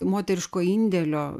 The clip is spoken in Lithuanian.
moteriško indėlio